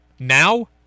Now